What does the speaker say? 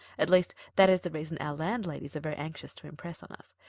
at least, that is the reason our landladies are very anxious to impress on us.